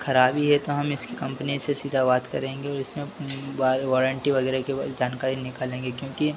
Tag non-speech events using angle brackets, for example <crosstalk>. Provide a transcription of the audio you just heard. खराबी है तो हम इसकी कंपनी से सीधा बात करेंगे और इसमें वा वारंटी वगैरह की <unintelligible> जानकारी निकालेंगे क्योंकि